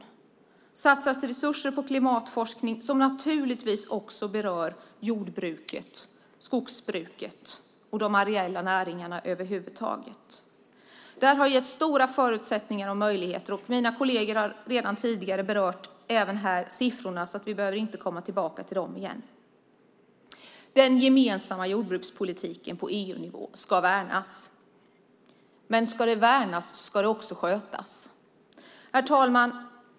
Resurser har satsats på klimatforskningen, något som naturligtvis även berör jordbruket och skogsbruket, de areella näringarna över huvud taget. Där har getts goda förutsättningar och möjligheter, och mina kolleger har tidigare redovisat siffrorna varför vi inte behöver upprepa dem. Den gemensamma jordbrukspolitiken på EU-nivå ska värnas, och om den ska värnas ska den också skötas.